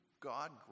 God